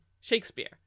Shakespeare